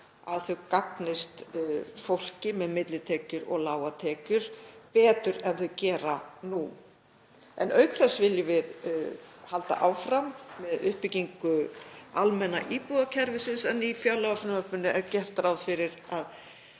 að þau gagnist fólki með millitekjur og lágar tekjur betur en þau gera nú. Auk þess viljum við halda áfram uppbyggingu almenna íbúðakerfisins en í fjárlagafrumvarpinu er gert ráð fyrir að